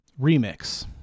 remix